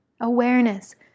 awareness